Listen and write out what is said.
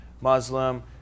Muslim